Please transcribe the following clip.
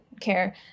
care